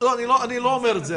אני לא אומר את זה.